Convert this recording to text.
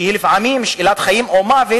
שהיא לפעמים שאלה של חיים או מוות,